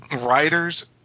writers